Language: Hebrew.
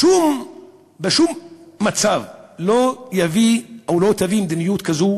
בשום מצב מדיניות כזאת